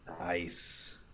Nice